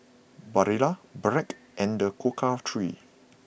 Barilla Bragg and The Cocoa Trees